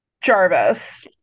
Jarvis